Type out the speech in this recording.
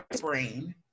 brain